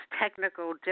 technical